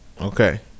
Okay